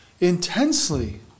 intensely